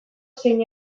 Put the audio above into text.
zein